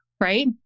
right